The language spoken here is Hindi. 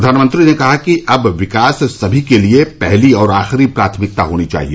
प्रधानमंत्री ने कहा कि अब विकास सभी के लिए पहली और आखिरी प्राथमिकता होनी चाहिए